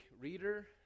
reader